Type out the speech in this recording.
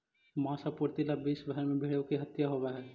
माँस आपूर्ति ला विश्व भर में भेंड़ों की हत्या होवअ हई